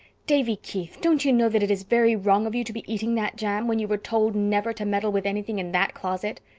davy keith, don't you know that it is very wrong of you to be eating that jam, when you were told never to meddle with anything in that closet?